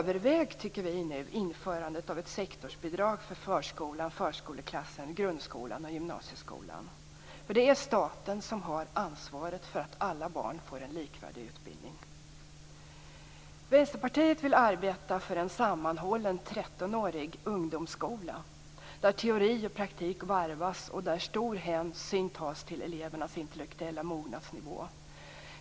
Vi tycker att man skall överväga ett sektorsbidrag för förskolan, grundskolan och gymnasieskolan. Det är staten som har ansvaret för att alla barn får en likvärdig utbildning. Vänsterpartiet vill arbeta för en sammanhållen trettonårig ungdomsskola där teori och praktik varvas och där stor hänsyn tas till elevernas intellektuella mognadsnivå.